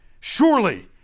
Surely